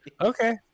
Okay